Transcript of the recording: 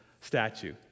statue